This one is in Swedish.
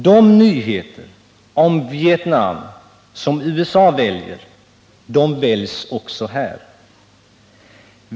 De nyheter om Vietnam som USA väljer väljs också här.